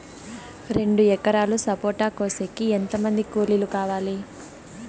రెండు ఎకరాలు సపోట కోసేకి ఎంత మంది కూలీలు కావాలి?